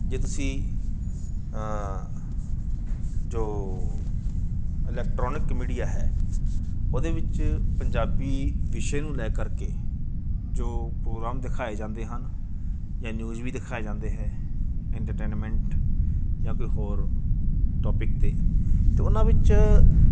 ਜੇ ਤੁਸੀਂ ਜੋ ਇਲੈੱਕਟ੍ਰੋਨਿਕ ਮੀਡੀਆ ਹੈ ਉਹਦੇ ਵਿੱਚ ਪੰਜਾਬੀ ਵਿਸ਼ੇ ਨੂੰ ਲੈ ਕਰਕੇ ਜੋ ਪ੍ਰੋਗਰਾਮ ਦਿਖਾਏ ਜਾਂਦੇ ਹਨ ਜਾਂ ਨਿਊਜ਼ ਵੀ ਦਿਖਾਏ ਜਾਂਦੇ ਐਂ ਇੰਟਰਟੇਨਮੈਂਟ ਜਾਂ ਕੋਈ ਹੋਰ ਟੋਪਿਕ 'ਤੇ ਤਾਂ ਉਹਨਾਂ ਵਿੱਚ